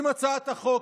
של הצעת החוק,